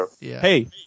Hey